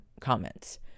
comments